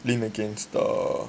lean against the